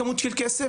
כמות של כסף,